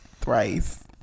Thrice